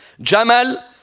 Jamal